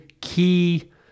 key